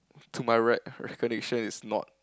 to my re~ recollection is not